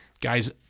guys